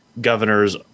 governor's